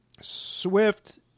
Swift